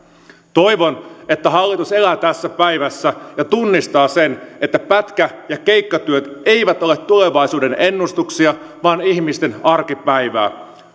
toivon että hallitus elää tässä päivässä ja tunnistaa sen että pätkä ja keikkatyöt eivät ole tulevaisuuden ennustuksia vaan ihmisten arkipäivää